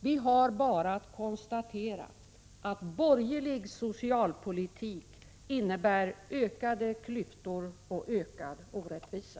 Vi har bara att konstatera att borgerlig socialpolitik innebär ökade klyftor och ökad orättvisa.